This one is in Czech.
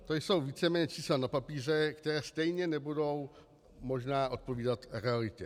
To jsou víceméně čísla na papíře, která stejně nebudou možná odpovídat realitě.